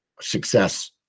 success